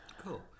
Cool